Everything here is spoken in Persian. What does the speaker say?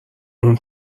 اون